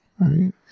Right